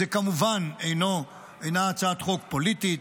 זאת כמובן אינה הצעת חוק פוליטית,